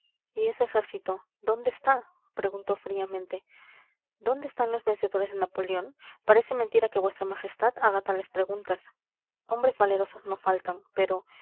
y ese ejército dónde está preguntó fríamente dónde están los vencedores de napoleón parece mentira que vuestra majestad haga tales preguntas hombres valerosos no faltan pero